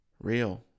real